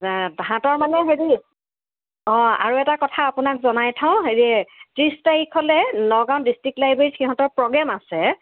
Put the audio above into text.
তেহেঁতৰ ভাতৰ মানে হেৰি অঁ আৰু এটা কথা আপোনাক জনাই থওঁ হেৰি ত্ৰিছ তাৰিখলে নগাঁও ডিষ্ট্ৰিক্ট লাইব্ৰেৰীত সিহঁতৰ প্ৰগ্ৰেম আছে